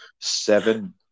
seven